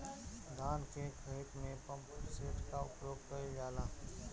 धान के ख़हेते में पम्पसेट का उपयोग कइल जाला?